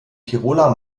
tiroler